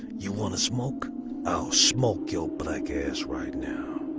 you wanna smoke i'll smoke your black ass right, now